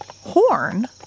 horn